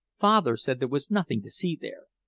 father said there was nothing to see there.